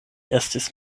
estas